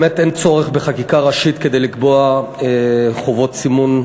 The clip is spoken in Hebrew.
באמת אין צורך בחקיקה ראשית כדי לקבוע חובות סימון.